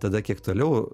tada kiek toliau